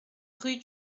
rue